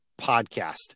podcast